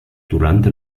durante